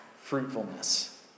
fruitfulness